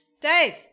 Dave